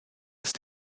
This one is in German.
ist